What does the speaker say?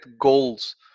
goals